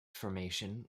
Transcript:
formation